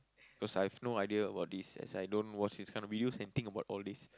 cause I have no idea about this as I don't watch this kind of videos and think about all this